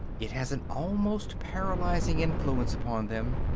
it has an almost paralyzing influence upon them.